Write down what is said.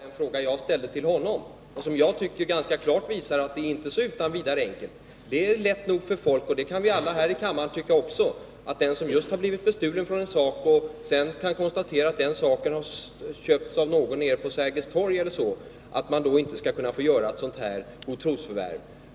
Herr talman! Det kanske inte är så där alldeles självklart, eftersom Lennart Andersson inte svarade på det exempel jag gav. Jag tycker att detta exempel ganska klart visar att frågan inte är så alldeles enkel. Det är lätt för folk att tycka — det kan vi tycka här i kammaren också — att den som blivit bestulen på en sak och sedan kan konstatera att den saken har köpts t.ex. av någon nere på Sergels torg bör ha sin rätt.